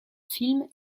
film